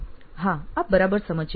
હા આપ બરાબર સમજ્યા